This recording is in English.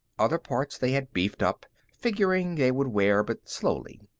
other parts they had beefed up, figuring they would wear, but slowly.